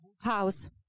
house